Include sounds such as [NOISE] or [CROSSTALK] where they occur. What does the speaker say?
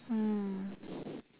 mm [BREATH]